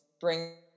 bring